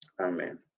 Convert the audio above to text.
Amen